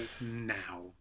now